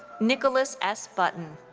nicholas s. button.